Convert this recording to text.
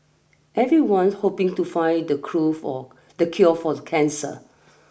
everyone's hoping to find the cruel for the cure for the cancer